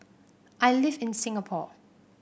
I live in Singapore